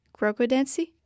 Crocodancy